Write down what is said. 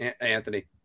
Anthony